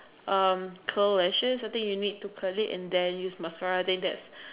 um Curl lashes I think you need to Curl it and then use mascara then that's